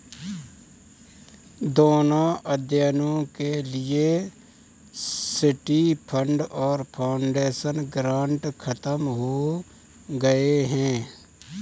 दोनों अध्ययनों के लिए सिटी फंड और फाउंडेशन ग्रांट खत्म हो गए हैं